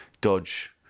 dodge